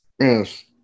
Yes